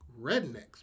rednecks